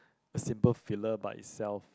a simple filler by itself